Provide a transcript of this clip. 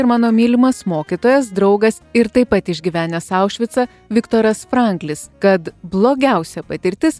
ir mano mylimas mokytojas draugas ir taip pat išgyvenęs aušvicą viktoras franklis kad blogiausia patirtis